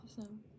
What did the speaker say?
Awesome